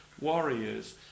warriors